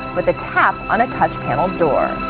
with a tap on a touch panel door.